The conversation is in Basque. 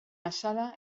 azala